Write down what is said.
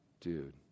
dude